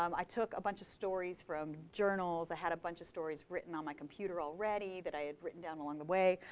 um i took a bunch of stories from journals. i had a bunch of stories written on my computer already that i had written down along the way.